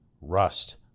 Rust